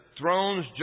thrones